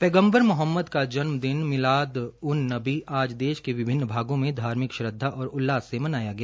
पैगम्बर मोहम्मद का जन्म दिन मिलाद उन नबी आज देश के विभिन्न भागों में धार्मिक श्रद्धा और उल्लास से मनाया गया